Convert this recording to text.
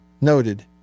noted